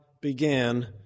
began